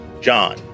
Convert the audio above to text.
John